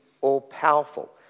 all-powerful